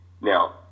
Now